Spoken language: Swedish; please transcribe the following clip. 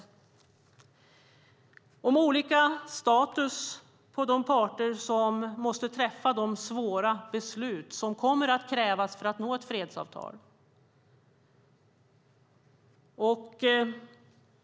Det handlar också om olika status på de parter som måste träffa de svåra beslut som kommer att krävas för att nå ett fredsavtal.